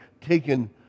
taken